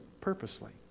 purposely